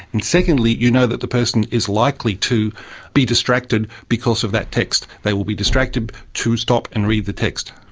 and secondly you know that the person is likely to be distracted because of that text, they will be distracted to stop and read the text.